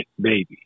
baby